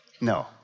No